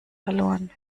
verloren